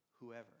whoever